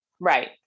right